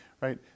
right